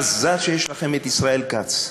מזל שיש לכם את ישראל כץ.